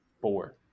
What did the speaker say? Four